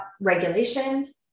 regulation